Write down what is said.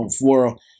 world